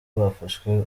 bafashwe